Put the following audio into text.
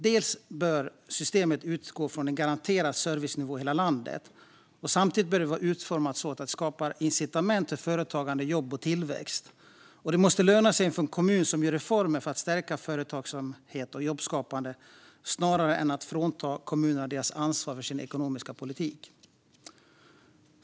Dels bör systemet utgå från en garanterad servicenivå i hela landet, dels behöver det vara utformat så att det skapar incitament för företagande, jobb och tillväxt. Det måste löna sig för kommuner att göra reformer för att stärka företagsamhet och jobbskapande, och då kan man inte frånta kommunerna ansvaret för deras ekonomiska politik.